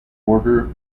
order